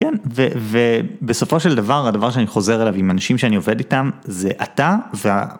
כן, ובסופו של דבר, הדבר שאני חוזר אליו עם אנשים שאני עובד איתם, זה אתה וה...